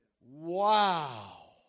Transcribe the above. Wow